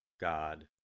God